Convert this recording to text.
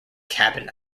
cabin